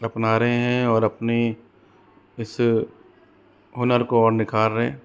अपना रहे हैं और अपनी इस हुनर को और निखार रहे